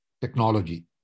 technology